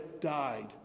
died